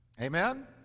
Amen